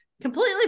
completely